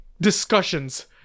discussions